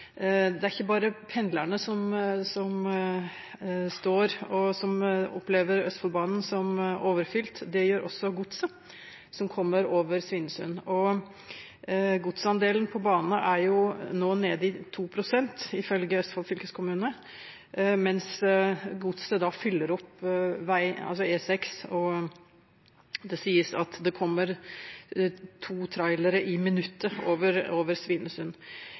Det er ikke bare pendlerne som står, og som opplever Østfoldbanen som overfylt. Det gjelder også godset som kommer over Svinesund. Godsandelen på bane er nå nede i 2 pst., ifølge Østfold fylkeskommune. Godset fyller opp E6, og det sies at det kommer to trailere i minuttet over Svinesund.